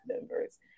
members